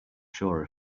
sure